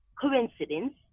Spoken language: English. coincidence